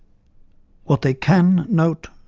what they can, note,